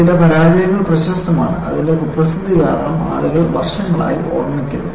ചില പരാജയങ്ങൾ പ്രശസ്തമാണ് അതിന്റെ കുപ്രസിദ്ധി കാരണം ആളുകൾ വർഷങ്ങളായി ഓർമ്മിക്കുന്നു